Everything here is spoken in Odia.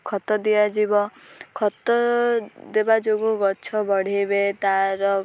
ଖତ ଦିଆଯିବ ଖତ ଦେବା ଯୋଗୁଁ ଗଛ ବଢ଼େଇବେ ତାର